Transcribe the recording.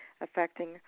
affecting